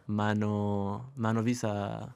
mano mano visa